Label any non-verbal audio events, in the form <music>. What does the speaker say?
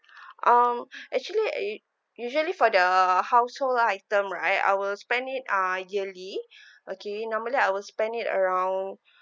<breath> um <breath> actually eh usually for the household item right I will spend it uh yearly <breath> okay normally I will spend it around